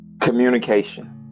communication